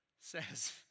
says